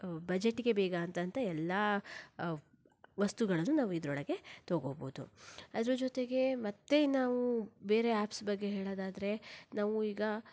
ಬಜೆಟಿಗೆ ಬೇಕಾದಂಥ ಎಲ್ಲ ವಸ್ತುಗಳನ್ನು ನಾವು ಇದರೊಳಗೆ ತಗೋಬೋದು ಅದರ ಜೊತೆಗೆ ಮತ್ತೆ ನಾವು ಬೇರೆ ಆ್ಯಪ್ಸ್ ಬಗ್ಗೆ ಹೇಳೋದಾದ್ರೆ ನಾವು ಈಗ